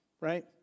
right